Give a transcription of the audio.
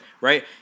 right